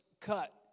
cut